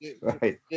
Right